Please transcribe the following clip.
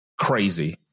crazy